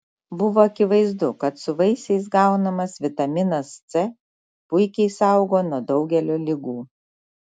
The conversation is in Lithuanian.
buvo akivaizdu kad su vaisiais gaunamas vitaminas c puikiai saugo nuo daugelio ligų